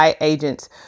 agents